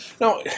Now